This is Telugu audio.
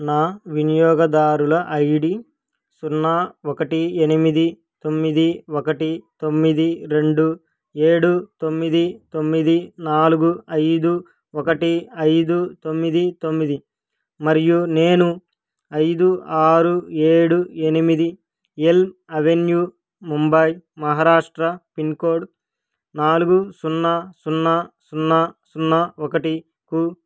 నా వినియోగదారుల ఐ డీ సున్నా ఒకటి ఎనిమిది తొమ్మిది ఒకటి తొమ్మిది రెండు ఏడు తొమ్మిది తొమ్మిది నాలుగు ఐదు ఒకటి ఐదు తొమ్మిది తొమ్మిది మరియు నేను ఐదు ఆరు ఏడు ఎనిమిది Elm Avenue Mumbai Maharashtra pin code నాలుగు సున్నా సున్నా సున్నా సున్నా ఒకటికు